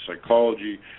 psychology